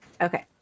Okay